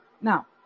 Now